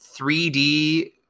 3D